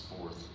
fourth